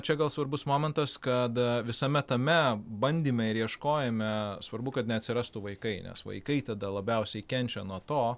čia gal svarbus momentas kad visame tame bandyme ir ieškojime svarbu kad neatsirastų vaikai nes vaikai tada labiausiai kenčia nuo to